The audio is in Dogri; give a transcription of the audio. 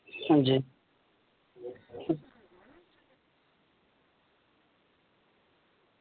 हां जी